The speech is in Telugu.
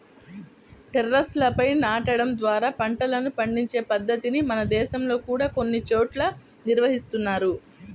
టెర్రస్లపై నాటడం ద్వారా పంటలను పండించే పద్ధతిని మన దేశంలో కూడా కొన్ని చోట్ల నిర్వహిస్తున్నారు